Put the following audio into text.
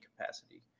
capacity